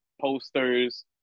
posters